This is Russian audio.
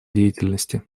деятельности